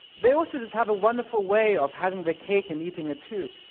they also just have a wonderful way of having their cake and eating it too.